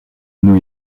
new